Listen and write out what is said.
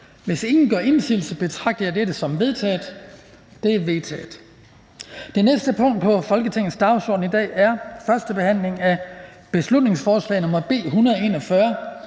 Hvis ingen gør indsigelse, betragter jeg dette som vedtaget. Det er vedtaget. --- Det næste punkt på dagsordenen er: 6) 1. behandling af beslutningsforslag nr. B 141: